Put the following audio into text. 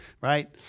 Right